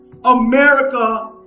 America